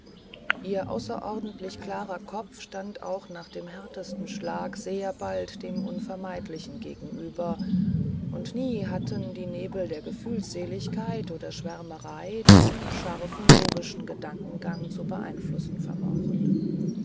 ihr außerordentlich klarer kopf stand auch nach dem härtesten schlage sehr bald dem unvermeidlichen gegenüber und nie hatten die nebel der gefühlsseligkeit oder schwärmerei diesen scharfen logischen gedankengang zu beeinflussen vermocht